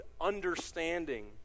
understanding